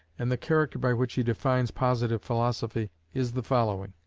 and the character by which he defines positive philosophy, is the following